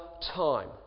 time